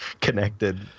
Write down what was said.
connected